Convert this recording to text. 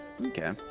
Okay